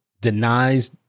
denies